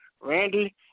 Randy